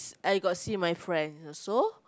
I got see my friend also